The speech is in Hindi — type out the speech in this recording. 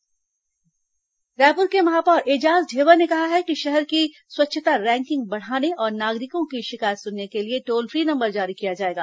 नगर निगम रायपुर के महापौर एजाज ढेबर ने कहा है कि शहर की स्वच्छता रैंकिंग बढ़ाने और नागरिकों की शिकायत सुनने के लिए टोल फ्री नंबर जारी किया जाएगा